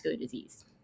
disease